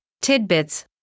tidbits